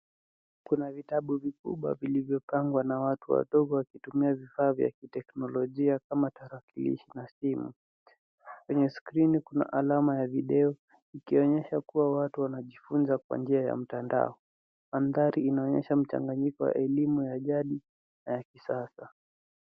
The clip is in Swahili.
Kuna vitabu vikubwa vilivyopangwa na watu wadogo wakitumia vifaa vya kiteknolojia kama tarakilishi na simu. Kwenye skrini kuna alama ya video ikionyesha kuwa watu wanajifunza kwa njia ya mtandao. Mandhari inaonyesha mchanganyiko wa elimu ya jadi na ya kisasa.